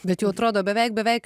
bet jau atrodo beveik beveik